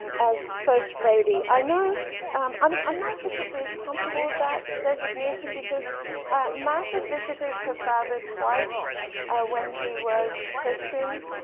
and as first lady, i know um i'm i'm not particularly comfortable with that designation, because martha visited her father twice when he was president,